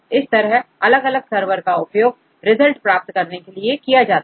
इस तरह अलग अलग सरवर का उपयोग रिजल्ट प्राप्त करने के लिए किया जाता है